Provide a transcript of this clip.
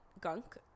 gunk